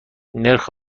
نرخ